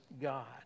God